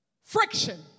Friction